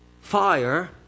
fire